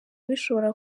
bishobora